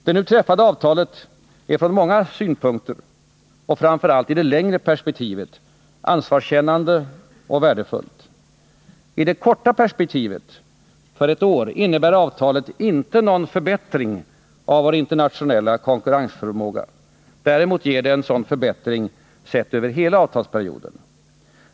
Det nu träffade avtalet är från många synpunkter och framför allt i det längre perspektivet ansvarskännande och värdefullt. I det korta perspektivet — för ett år — innebär avtalet inte någon förbättring av vår internationella konkurrensförmåga. Däremot ger det en sådan förbättring sett över hela avtalsperioden.